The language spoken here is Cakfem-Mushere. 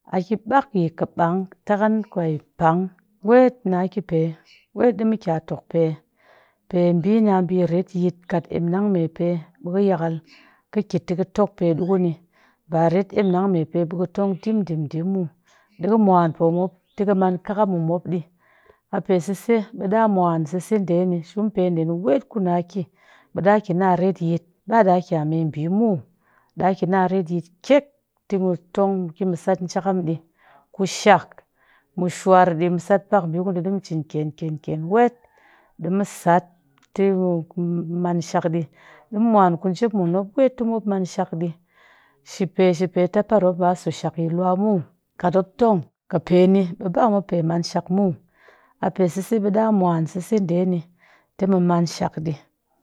A ki ɓak yi kaɓang takan kwe pang wet na ki pe wet ɗi mɨ kya tokpe ɓi nya ɓe retyit kat emnang me ɓe mɨ ƙɨ yakal ƙɨ ki ti ƙɨ tokpe ɗi kuni, ba ret emnang mepe ɓi ƙɨ tong ding ding ding muw ɗiƙɨ mwan pomop ti ƙɨ man ƙakam mɨ mop ɗi. Ape sese bi ɗaa mwan sese ɗe ni shumpe ɗe ni wet ku na ki ɓi ɗaa kina a retyit ba ɗaa kya muw ɗa kina a retyit kyek ti mɨ ki mɨ tong mɨ sat njakam ɗi kushak mɨ shwar ɗi mɨ sat pak ɓi kudi ɗi mɨ cim kyenkyen wet ɗi mɨ sat ti mɨ manshak ɗi. Ɗi mɨ mwan ku njep mun mop wet ti mop manshak ɗi shipe shipe tap par mop ɓa soshak yi luwa muw. Kat mop tong kipeni ɓi ba mop pe manshak muw, a pe sese ɓi ɗaa mwan sese ɗe ni te mɨ manshak ɗi.